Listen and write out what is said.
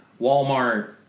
Walmart